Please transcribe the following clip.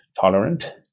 tolerant